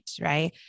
right